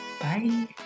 Bye